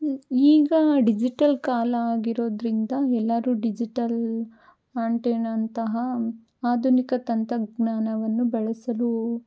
ಈ ಈಗ ಡಿಜಿಟಲ್ ಕಾಲ ಆಗಿರೋದರಿಂದ ಎಲ್ಲರೂ ಡಿಜಿಟಲ್ ಆ್ಯಂಟೇನಂತಹ ಆಧುನಿಕ ತಂತ್ರಜ್ಞಾನವನ್ನು ಬಳಸಲು